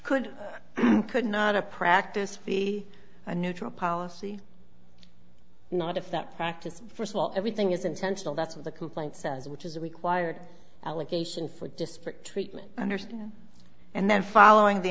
could could not a practice be a neutral policy not if that practice first of all everything is intentional that's when the complaint says which is a required allegation for disparate treatment understood and then following the